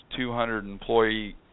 200-employee